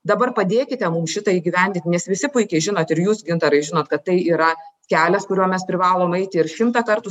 dabar padėkite mums šitą įgyvendinti nes visi puikiai žinot ir jūs gintarai žinot kad tai yra kelias kuriuo mes privalom eiti ir šimtą kartų